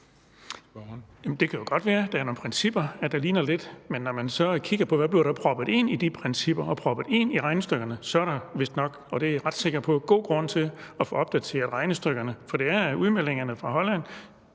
Det kan jo godt være, at der er nogle principper, der ligner lidt. Men når man så kigger på, hvad der bliver proppet ind i de principper og proppet ind i regnestykkerne, så er der vistnok, og det er jeg ret sikker på, god grund til at få opdateret regnestykkerne. For det er udmeldingerne fra Holland,